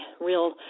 real